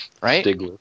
right